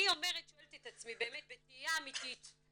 אני שואלת את עצמי באמת בתהייה אמיתית.